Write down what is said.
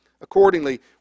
Accordingly